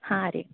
ಹಾಂ ರೀ